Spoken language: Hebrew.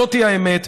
זאת האמת,